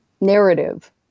narrative